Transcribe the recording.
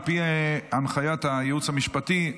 על פי הנחיית הייעוץ המשפטי,